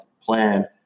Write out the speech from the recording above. plan